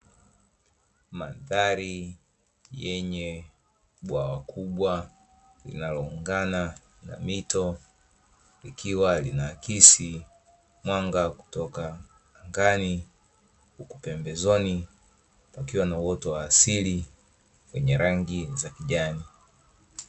Mandhari yenye bwawa kubwa linaloungana na mito likiwa linaakisi mwanga, Huku pembeni kukiwa na uoto wa asili wenye rangi za kijani.